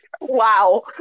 Wow